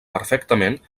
perfectament